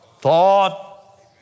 thought